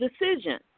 decision